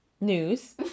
news